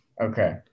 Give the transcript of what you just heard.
Okay